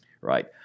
right